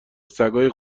سگای